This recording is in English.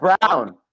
Brown